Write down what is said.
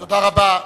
תודה רבה.